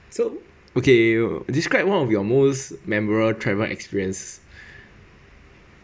so okay describe one of your most memorable travel experience